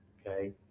okay